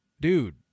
dude